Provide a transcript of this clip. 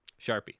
Sharpie